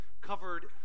covered